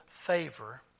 favor